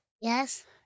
Yes